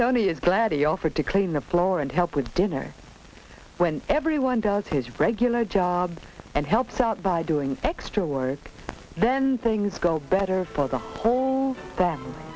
tony is glad he offered to clean the floor and help with dinner when everyone does his regular job and helps out by doing extra work then things go better for the home